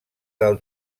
del